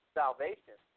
salvation